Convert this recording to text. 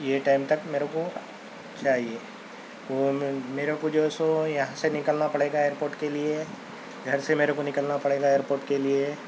یہ ٹائم تک میرے کو چاہئے میرے کو جو سو یہاں سے نکلنا پڑے گا ایئرپوٹ کے لئے گھر سے میرے کو نکلنا پڑے گا ایئرپوٹ کے لئے